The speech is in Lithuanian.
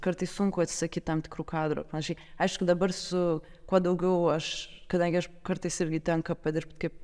kartais sunku atsisakyt tam tikrų kadrų pavyzdžiui aišku dabar su kuo daugiau aš kadangi aš kartais irgi tenka padirbt kaip